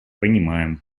понимаем